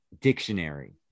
dictionary